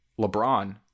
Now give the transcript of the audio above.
LeBron